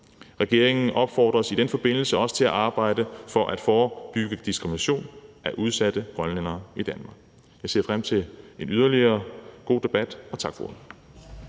Regeringen opfordres i den forbindelse også til at arbejde for at forebygge diskrimination af udsatte grønlændere i Danmark.« (Forslag til vedtagelse nr. V 91). Jeg ser frem til en yderligere god debat. Tak for ordet.